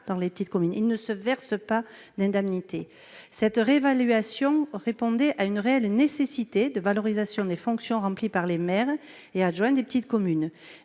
la collectivité. Certains ne se versent même pas d'indemnité ! Une telle réévaluation répondait à une réelle nécessité de valorisation des fonctions remplies par les maires et adjoints de petites communes.